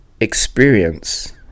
experience